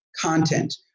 content